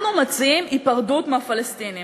אנחנו מציעים היפרדות מהפלסטינים.